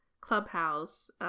clubhouse